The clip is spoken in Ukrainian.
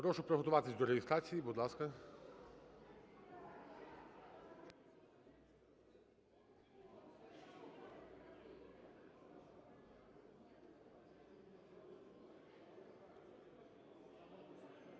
Прошу приготуватись до реєстрації, будь ласка.